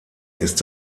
ist